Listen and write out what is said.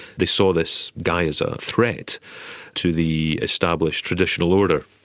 they saw this guy as a threat to the established traditional order.